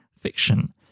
fiction